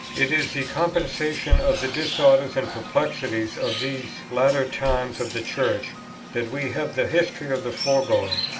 it is the compensation of the disorders and perplexities of these latter times of the church that we have the history of the foregoing.